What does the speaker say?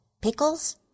Pickles